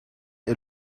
est